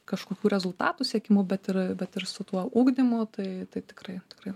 kažkokių rezultatų siekimu bet ir bet ir su tuo ugdymu tai tai tikrai tikrai